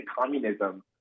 communism